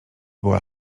była